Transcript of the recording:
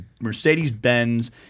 Mercedes-Benz